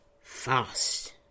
fast